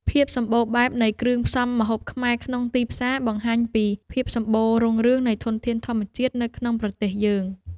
ភាពសម្បូរបែបនៃគ្រឿងផ្សំម្ហូបខ្មែរក្នុងទីផ្សារបង្ហាញពីភាពសំបូររុងរឿងនៃធនធានធម្មជាតិនៅក្នុងប្រទេសយើង។